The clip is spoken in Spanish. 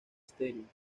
station